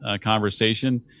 conversation